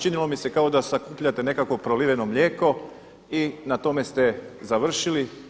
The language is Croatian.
Činilo mi se kao da sakupljate nekakvo proliveno mlijeko i na tome ste završili.